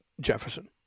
Jefferson